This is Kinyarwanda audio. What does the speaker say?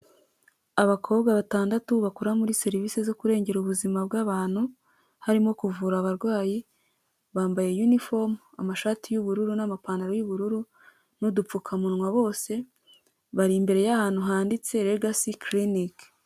Abakobwa batandatu bakora muri serivisi (service) zo kurengera ubuzima bw'abantu harimo kuvura abarwayi, bambaye uniform (impuzankano) y'amashati y'ubururu n'amapantaro y'ubururu n'udupfukamunwa bose bari imbere y'ahantu handitse legacy clinic.